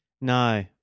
No